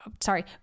sorry